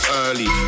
early